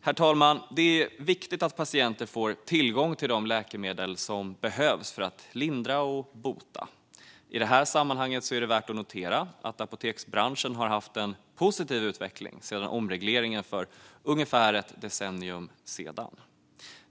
Herr talman! Det är viktigt att patienter får tillgång till de läkemedel som behövs för att lindra och bota. I det här sammanhanget är det värt att notera att apoteksbranschen har haft en positiv utveckling sedan omregleringen för ungefär ett decennium sedan.